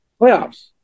Playoffs